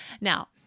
Now